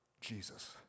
Jesus